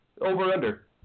over-under